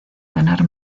ganar